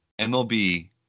MLB